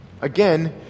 Again